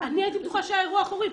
אני הייתי בטוחה שהיה אירוע חירום.